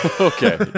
Okay